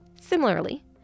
Similarly